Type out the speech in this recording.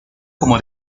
como